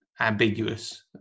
ambiguous